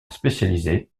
spécialisé